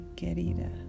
querida